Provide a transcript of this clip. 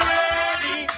ready